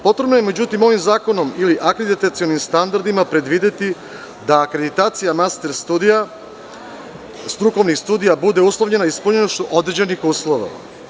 Potrebno je, međutim, ovim zakonom ili akreditacionim standardima predvideti da akreditacija master strukovnih studija bude uslovljena ispunjenošću određenih uslova.